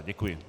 Děkuji.